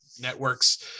networks